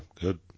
good